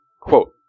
quote